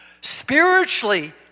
Spiritually